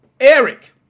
Eric